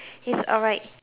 it's alright